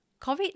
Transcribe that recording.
COVID